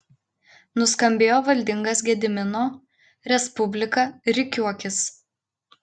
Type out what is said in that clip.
nuskambėjo valdingas gedimino respublika rikiuokis